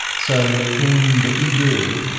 so in the eu,